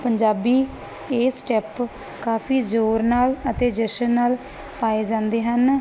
ਪੰਜਾਬੀ ਇਹ ਸਟੈਪ ਕਾਫੀ ਜ਼ੋਰ ਨਾਲ ਅਤੇ ਜਸ਼ਨ ਨਾਲ ਪਾਏ ਜਾਂਦੇ ਹਨ